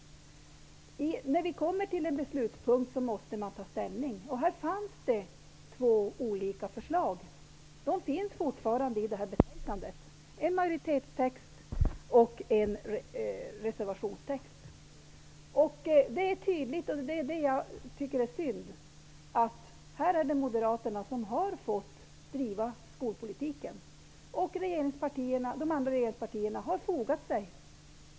När vi går till beslut måste man ta ställning. Här finns två olika förslag redovisade: ett i majoritetstexten, ett i en reservation. Jag tycker att det är synd att Moderaterna här har fått driva sin skolpolitik, och de andra regeringspartierna har fogat sig.